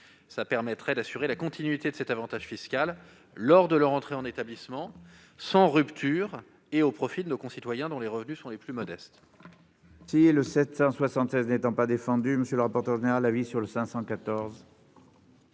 Il s'agit ici d'assurer la continuité de cet avantage fiscal lors de l'entrée en établissement, sans rupture et au profit de nos concitoyens dont les revenus sont les plus modestes.